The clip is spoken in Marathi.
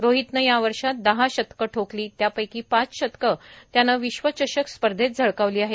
रोहितनं या वर्षात दहा शतकं ठोकली त्यापैकी पाच शतकं त्यानं विश्वचषक स्पर्धेत झळकावली आहेत